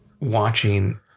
watching